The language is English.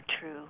true